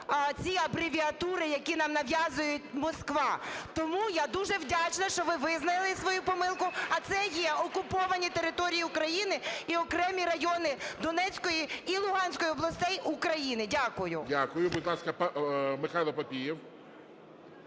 ці абревіатури, які нам нав'язує Москва. Тому я дуже вдячна, що ви визнали свою помилку, а це є окуповані території України і окремі райони Донецької і Луганської областей України. Дякую. ГОЛОВУЮЧИЙ. Дякую. Будь ласка, Михайло Папієв.